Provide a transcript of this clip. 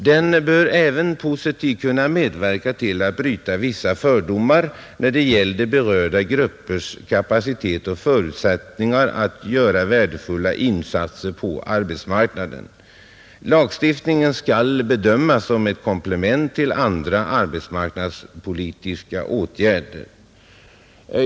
Den bör även positivt kunna medverka till att bryta vissa fördomar när det gäller berörda gruppers kapacitet och förutsättningar att göra värdefulla insatser på arbetsmarknaden. Lagstiftningen skall bedömas som ett komplement till andra arbetsmarknadspolitiska åtgärder.